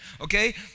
okay